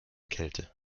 kälte